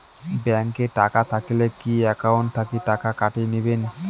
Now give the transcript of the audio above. Bank এ টাকা থাকিলে কি একাউন্ট থাকি টাকা কাটি নিবেন?